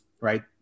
Right